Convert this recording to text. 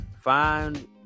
Find